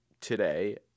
today